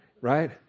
right